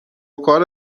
کار